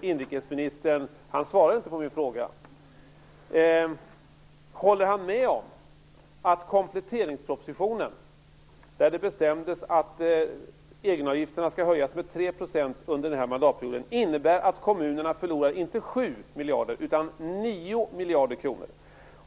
Inrikesministern svarade inte på min fråga. Håller han med om att kompletteringspropositionen, där det bestämdes att egenavgifterna skall höjas med 3 % under den här mandatperioden, innebär att kommunerna förlorar inte 7 miljarder utan 9 miljarder kronor?